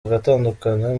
bagatandukana